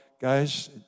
Guys